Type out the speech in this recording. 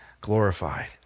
glorified